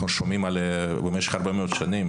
אנחנו שומעים עליה במשך הרבה מאוד שנים,